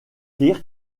kirk